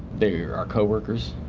they're our coworkers.